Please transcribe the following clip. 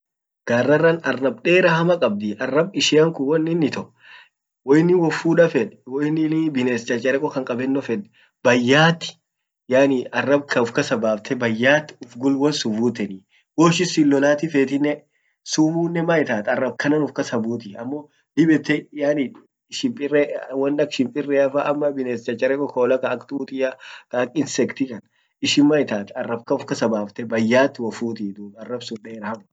Garrarran arab dera hama qabdi, arab ishian kun wonin ito hoinin wofuda fed, hoinini bines chacheroko kan qabenno fed bayat yani arab kan ufkasa bafte bayat ufgul wonsun vuteni hoishin sin lolati fetinen sumunen man itat arab kanan ufkasabutii amo dib yette yani shimpire won ak shimpireafa ama bines chacheroko kola ka ak tutia ka ak inscti kan ishin man itata arab kan ufkasa bafte bayat wo futi dub arabsun dera hama.